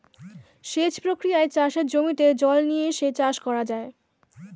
সেচ প্রক্রিয়ায় চাষের জমিতে জল নিয়ে এসে চাষ করা যায়